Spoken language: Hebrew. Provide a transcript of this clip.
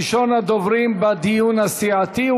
ראשון הדוברים בדיון הסיעתי.